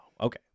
Okay